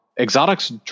exotics